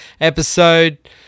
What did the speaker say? Episode